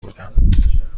بودم